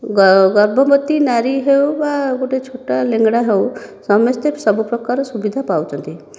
ଗର୍ଭବତୀ ନାରୀ ହେଉ ବା ଗୋଟିଏ ଛୋଟା ଲେଙ୍ଗଡ଼ା ହେଉ ସମେସ୍ତେ ସବୁ ପ୍ରକାର ସୁବିଧା ପାଉଛନ୍ତି